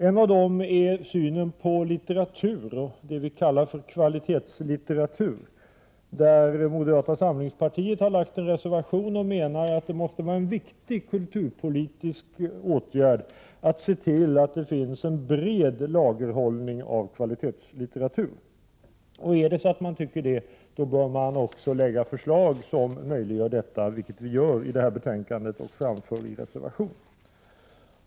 En av dessa är synen på litteratur och det vi kallar för kvalitetslitteratur. Moderata samlingspartiet framför i en reservation sin mening, att det måste vara en viktig kulturpolitisk åtgärd att se till att det finns en bred lagerhållning av kvalitetslitteratur. Är det så att man tycker det bör man också lägga fram förslag som möjliggör detta, vilket vi gör i en reservation till betänkandet.